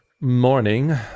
...morning